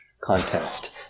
contest